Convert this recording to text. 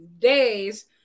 days